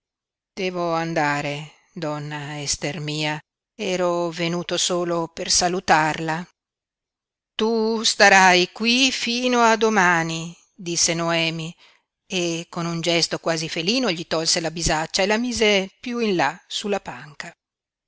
devo andare donna ester mia ero venuto solo per salutarla tu starai qui fino a domani disse noemi e con un gesto quasi felino gli tolse la bisaccia e la mise piú in là sulla panca